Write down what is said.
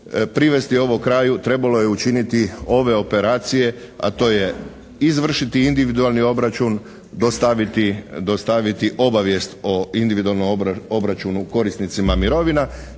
privesti ovo kraju trebalo je učiniti ove operacije, a to je izvršiti individualni obračun, dostaviti obavijest o individualnom obračunu korisnicima mirovina.